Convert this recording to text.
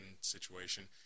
situation